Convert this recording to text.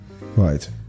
right